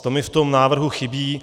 To mi v tom návrhu chybí.